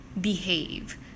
behave